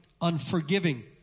unforgiving